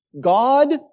God